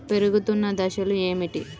పెరుగుతున్న దశలు ఏమిటి?